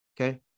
Okay